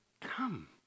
come